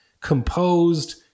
composed